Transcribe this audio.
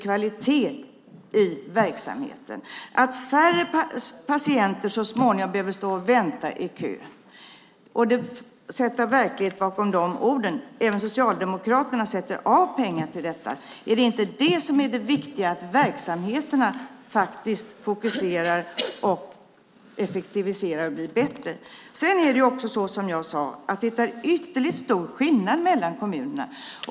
Kvalitet i verksamheten betyder att färre patienter behöver stå och vänta i kö. Det handlar om att sätta verklighet bakom de orden. Även Socialdemokraterna sätter av pengar till detta. Är det inte det som är det viktiga - att verksamheterna fokuserar, effektiviserar och blir bättre? Som jag sade är det också ytterligt stor skillnad mellan kommunerna.